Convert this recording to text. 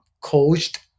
coached